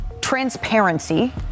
transparency